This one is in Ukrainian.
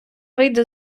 вийде